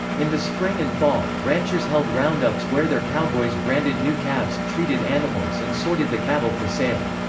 in the spring and fall, ranchers held roundups where their cowboys branded new calves, treated animals and sorted the cattle for sale.